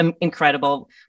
incredible